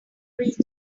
reach